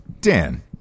Dan